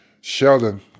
Sheldon